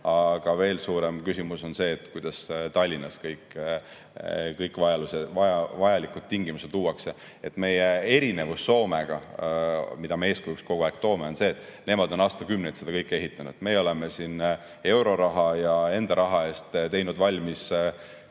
aga veel suurem küsimus on see, kuidas Tallinnas kõik vajalikud tingimused luuakse. Meie erinevus Soomest, mida me eeskujuks kogu aeg toome, on see, et nemad on aastakümneid seda kõike ehitanud. Meie oleme siin euroraha ja enda raha eest teinud seda,